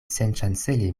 senŝancele